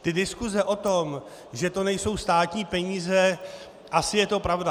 Ty diskuse o tom, že to nejsou státní peníze asi je to pravda.